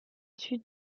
sud